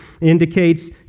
indicates